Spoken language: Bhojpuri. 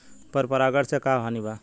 पर परागण से का हानि बा?